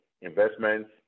investments